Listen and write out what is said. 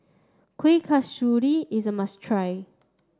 Kuih Kasturi is a must try